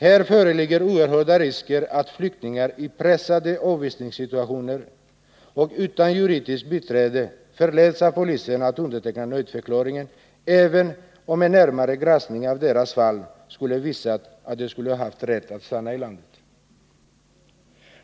Här föreligger oerhörda risker att flyktingar vid pressade avvisningssituationer, och utan juridiskt biträde, förleds av polisen att underteckna nöjdförklaring, även om en närmare granskning av deras fall skulle ha visat att de skulle ha haft rätt att stanna i landet.